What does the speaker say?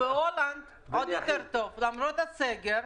בהולנד, למרות הסגר,